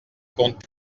compte